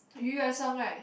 Eu-Yan-Sang right